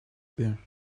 there